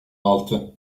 altı